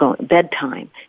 bedtime